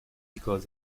because